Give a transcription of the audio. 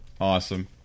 Awesome